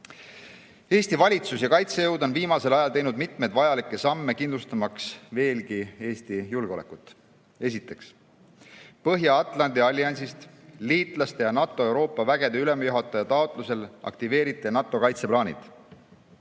Eesti valitsus ja kaitsejõud on viimasel ajal teinud mitmeid vajalikke samme, kindlustamaks veelgi Eesti julgeolekut. Esiteks. Põhja-Atlandi alliansist liitlaste ja NATO Euroopa vägede ülemjuhataja taotlusel aktiveeriti NATO kaitseplaanid.